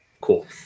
Cool